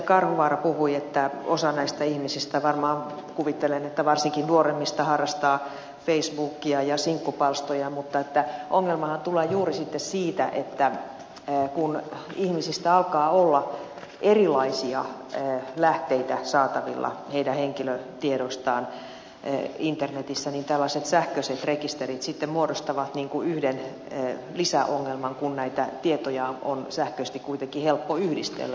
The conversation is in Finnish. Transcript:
karhuvaara puhui että osa näistä ihmisistä varmaan kuvittelen että varsinkin nuoremmista harrastaa facebookia ja sinkkupalstoja mutta ongelmaan tullaan juuri siksi että kun ihmisistä alkaa olla erilaisia lähteitä saatavilla heidän henkilötiedoistaan internetissä niin tällaiset sähköiset rekisterit sitten muodostavat yhden lisäongelman kun näitä tietoja on sähköisesti kuitenkin helppo yhdistellä